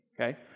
okay